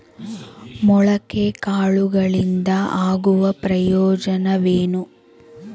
ಮೊಳಕೆ ಕಾಳುಗಳಿಂದ ಆಗುವ ಪ್ರಯೋಜನವೇನು?